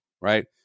Right